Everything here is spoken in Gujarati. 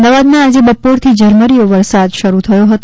અમદાવાદમાં આજે બપોરથી ઝરમરિયો વરસાદ શરૂ થયો હતો